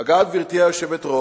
אגב, גברתי היושבת-ראש,